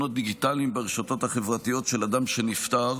דיגיטליים ברשתות החברתיות של אדם שנפטר.